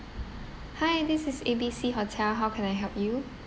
hi this is A B C hotel how can I help you